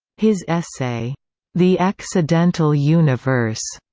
his essay the accidental universe,